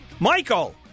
Michael